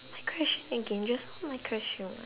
my question again just now my question [what]